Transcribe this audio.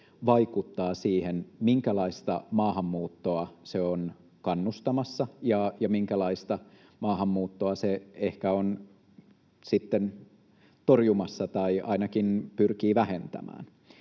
vaikuttaa siihen, minkälaista maahanmuuttoa se on kannustamassa ja minkälaista maahanmuuttoa se ehkä on sitten torjumassa tai ainakin pyrkii vähentämään.